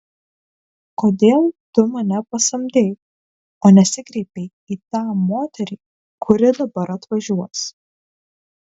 kodėl tu mane pasamdei o nesikreipei į tą moterį kuri dabar atvažiuos